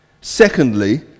Secondly